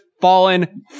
fallen